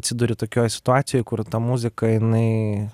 atsiduri tokioj situacijoj kur ta muzika jinai